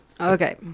Okay